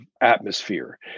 atmosphere